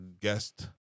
guest